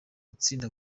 atsinda